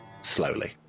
slowly